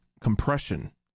compression